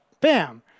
bam